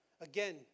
Again